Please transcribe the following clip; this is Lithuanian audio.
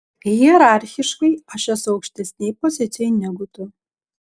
hierarchiškai aš esu aukštesnėj pozicijoj negu tu